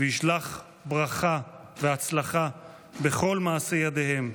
וישלח ברכה והצלחה בכל מעשה ידיהם.